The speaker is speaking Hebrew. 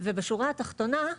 ובשורה התחתונה,